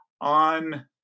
on